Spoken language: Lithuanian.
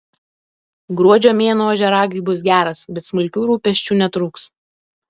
gruodžio mėnuo ožiaragiui bus geras bet smulkių rūpesčių netrūks